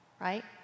right